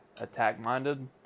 attack-minded